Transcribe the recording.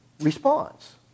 response